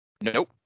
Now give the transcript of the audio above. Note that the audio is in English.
Nope